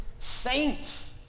Saints